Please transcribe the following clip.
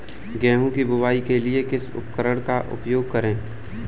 गेहूँ की बुवाई के लिए किस उपकरण का उपयोग करें?